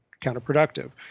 counterproductive